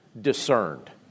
discerned